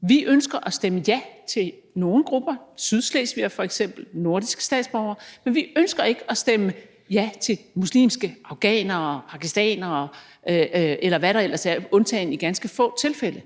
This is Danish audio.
Vi ønsker at stemme ja til nogle grupper – f.eks. sydslesvigere, nordiske statsborgere – men vi ønsker ikke at stemme ja til muslimske afghanere, pakistanere, eller hvad der ellers er, undtagen i ganske få tilfælde,